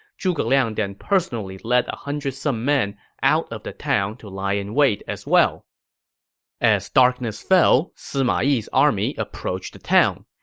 zhuge liang then personally led one hundred some men out of the town to lie in wait as well as darkness fell, sima yi's army approached the town.